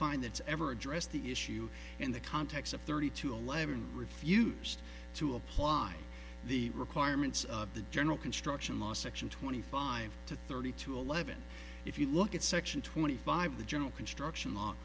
find that's ever addressed the issue in the context of thirty two eleven refused to apply the requirements of the general construction law section twenty five to thirty two eleven if you look at section twenty five the general construction